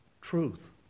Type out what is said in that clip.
truth